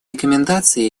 рекомендаций